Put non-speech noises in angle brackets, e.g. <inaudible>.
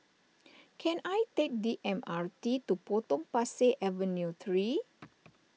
<noise> can I take the M R T to Potong Pasir Avenue three